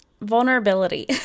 vulnerability